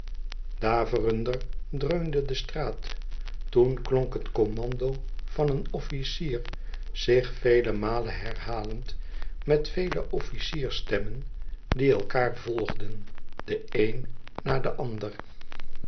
daverender dreunde de straat toen klonk het commando van een officier zich vele malen herhalend met vele officiersstemmen die elkâar volgden de een na de ander